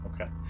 Okay